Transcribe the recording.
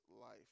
life